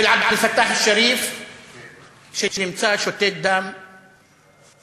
עבד אל-פתאח א-שריף שנמצא שותת דם בכביש,